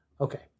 Okay